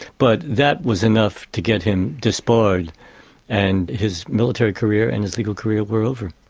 but that was enough to get him disbarred and his military career and his legal career were over.